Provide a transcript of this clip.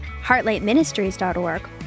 HeartlightMinistries.org